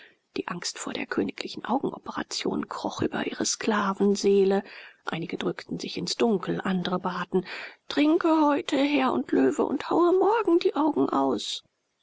die angst vor der königlichen augenoperation kroch über ihre sklavenseele einige drückten sich ins dunkel andre baten trinke heute herr und löwe und haue morgen die augen aus